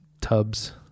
tubs